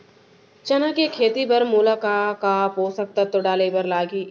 चना के खेती बर मोला का का पोसक तत्व डाले बर लागही?